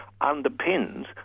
underpins